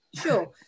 Sure